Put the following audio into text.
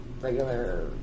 regular